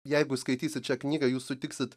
jeigu skaitysit šią knygą jūs sutiksit